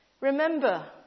Remember